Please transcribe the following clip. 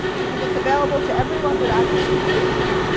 because it's available to everyone without discrimination,